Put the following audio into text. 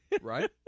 Right